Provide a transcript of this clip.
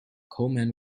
coleman